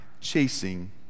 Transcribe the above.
chasing